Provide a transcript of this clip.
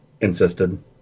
insisted